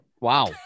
Wow